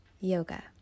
yoga